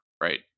Right